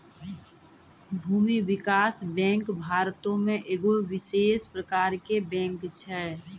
भूमि विकास बैंक भारतो मे एगो विशेष प्रकारो के बैंक छै